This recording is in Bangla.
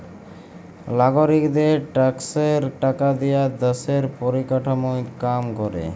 লাগরিকদের ট্যাক্সের টাকা দিয়া দ্যশের পরিকাঠামর কাম ক্যরে